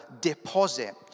deposit